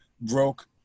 broke